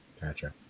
Gotcha